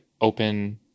open